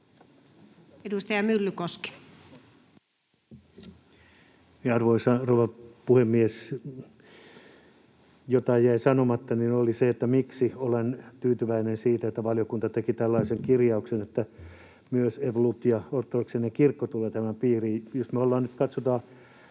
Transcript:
15:43 Content: Arvoisa rouva puhemies! Jotain jäi sanomatta, ja se oli se, että miksi olen tyytyväinen siitä, että valiokunta teki tällaisen kirjauksen, että myös ev.-lut. ja ortodoksinen kirkko tulevat tämän piiriin. Jos me nyt katsotaan